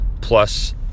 plus